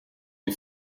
die